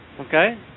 okay